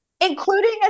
including